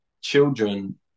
children